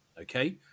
Okay